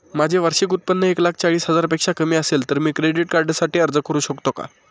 माझे वार्षिक उत्त्पन्न एक लाख चाळीस हजार पेक्षा कमी असेल तर मी क्रेडिट कार्डसाठी अर्ज करु शकतो का?